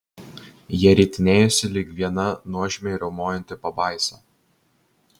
jie ritinėjosi lyg viena nuožmiai riaumojanti pabaisa